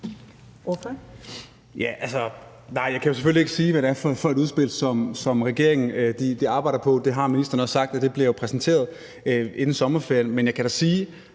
Jeg kan selvfølgelig ikke sige, hvad det er for et udspil, som regeringen arbejder på, og ministeren har jo også sagt, at det bliver præsenteret inden sommerferien. Men jeg kan da sige,